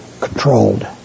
controlled